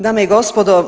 Dame i gospodo.